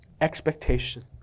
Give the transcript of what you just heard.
expectation